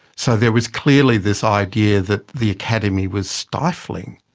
so, there was clearly this idea that the academy was stifling?